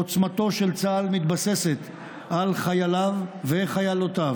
עוצמתו של צה"ל מתבססת על חייליו וחיילותיו,